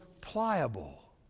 pliable